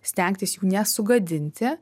stengtis jų nesugadinti